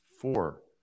Four